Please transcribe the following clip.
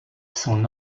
son